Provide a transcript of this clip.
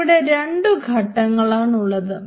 ഇവിടെ രണ്ടു ഘട്ടങ്ങളാണ് ഉള്ളത്